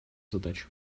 задач